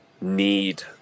need